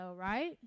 right